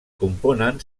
componen